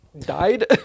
died